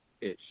Ish